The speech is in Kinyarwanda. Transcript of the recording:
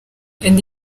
eddy